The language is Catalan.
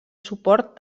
suport